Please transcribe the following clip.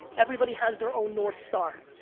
everybody has their own north star.